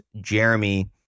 Jeremy